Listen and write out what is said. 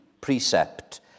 precept